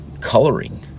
coloring